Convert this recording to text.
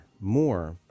more